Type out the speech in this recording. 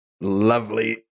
Lovely